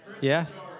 Yes